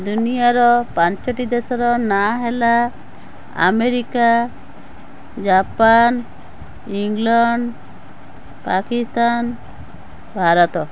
ଦୁନିଆର ପାଞ୍ଚଟି ଦେଶର ନାଁ ହେଲା America Japan England Pakistan Bharat